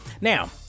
now